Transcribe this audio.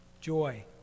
joy